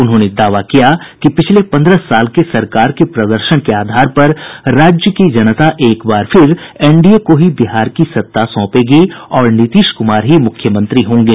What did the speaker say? उन्होंने दावा किया कि पिछले पंद्रह साल के सरकार के प्रदर्शन के आधार पर राज्य की जनता एक बार फिर एनडीए को ही बिहार की सत्ता सोंपेगी और नीतीश कुमार ही मुख्यमंत्री होंगे